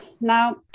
Now